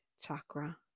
chakra